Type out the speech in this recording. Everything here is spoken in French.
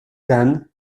khan